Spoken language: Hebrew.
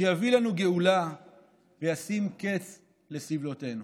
שיביא לנו גאולה וישים קץ לסבלותינו.